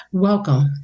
welcome